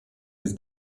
his